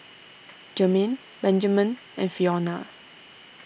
Jermaine Benjamen and Fiona